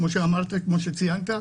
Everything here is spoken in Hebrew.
כמו שאמרת וכמו שציינת,